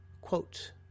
Quote